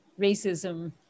racism